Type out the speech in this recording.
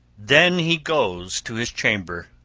then he goes to his chamber,